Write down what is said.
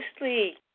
mostly